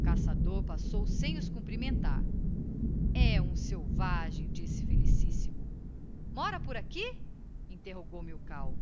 caçador passou sem os cumprimentar e um selvagem disse felicissimo mora por aqui interrogou milkau